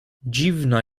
dziwna